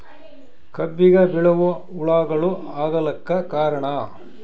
ಕಬ್ಬಿಗ ಬಿಳಿವು ಹುಳಾಗಳು ಆಗಲಕ್ಕ ಕಾರಣ?